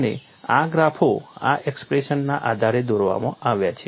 અને આ ગ્રાફો આ એક્સપ્રેશનના આધારે દોરવામાં આવ્યા છે